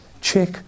Check